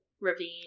Ravine